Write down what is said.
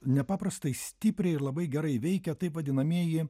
nepaprastai stipriai ir labai gerai veikia taip vadinamieji